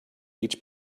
each